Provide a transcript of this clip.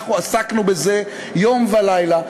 אנחנו עסקנו בזה יום ולילה.